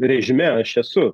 režime aš esu